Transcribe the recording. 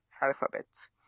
alphabets